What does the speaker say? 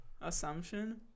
Assumption